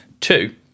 Two